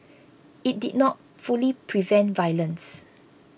it did not fully prevent violence